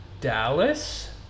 Dallas